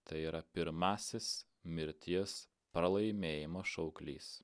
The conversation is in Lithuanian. tai yra pirmasis mirties pralaimėjimo šauklys